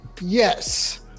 yes